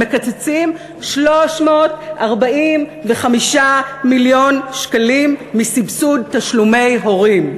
הם מקצצים 345 מיליון שקלים מסבסוד תשלומי הורים.